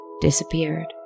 disappeared